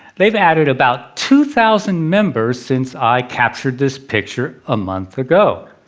they've added about two thousand members since i captured this picture a month ago.